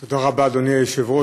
תודה רבה, אדוני היושב-ראש.